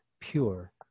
Pure